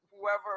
whoever